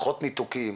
פחות ניתוקים,